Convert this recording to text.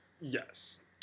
Yes